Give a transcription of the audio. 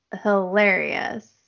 hilarious